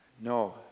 No